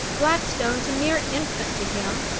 blackstone's a mere infant to him.